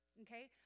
Okay